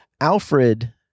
Alfred